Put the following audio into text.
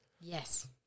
Yes